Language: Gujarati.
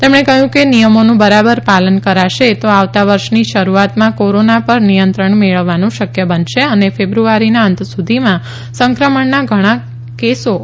તેમણે કહ્યું કે નિયમોનું બરાબર પાલન કરાશે તો આવતા વર્ષની શરૂઆતમાં કોરોના પર નિયંત્રણ મેળવવાનું શક્ય બનશે અને ફેબ્રુઆરીના અંતે સુધીમાં સંક્રમણના ઘણાં ઓછો કેસો રહેશે